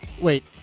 Wait